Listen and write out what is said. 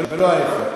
ולא ההפך.